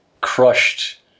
crushed